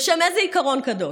בשם איזה עיקרון קדוש?